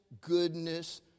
goodness